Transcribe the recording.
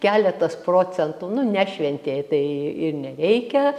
keletas procentų nu nešventė tai ir nereikia